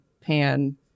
pan